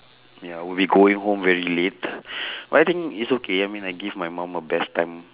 ya would be going home very late but I think it's okay I mean I give my mum a best time